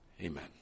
Amen